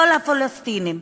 כל הפלסטינים,